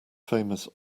famous